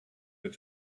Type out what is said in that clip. with